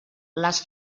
les